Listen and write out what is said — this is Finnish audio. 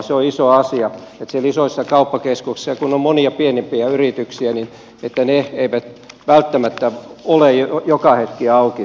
se on iso asia että kun siellä isoissa kauppakeskuksissa on monia pienempiä yrityksiä niin ne eivät välttämättä ole joka hetki auki siellä